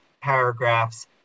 paragraphs